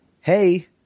hey